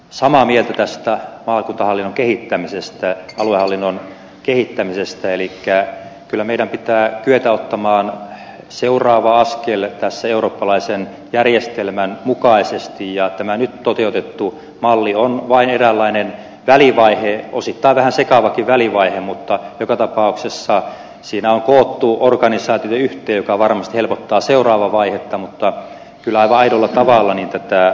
samaa mieltä tästä maakuntahallinnon kehittämisestä aluehallinnon kehittämisestä elikkä kyllä meidän pitää kyetä ottamaan seuraava askel tässä eurooppalaisen järjestelmän mukaisesti ja tämä nyt toteutettu malli on vain eräänlainen välivaihe osittain vähän sekavakin välivaihe mutta joka tapauksessa siinä on korjattu organisaatioyhtiö joka varmasti helpottaa seuraavaa vaihetta mutta kyllä aidolla tavalla niin pitää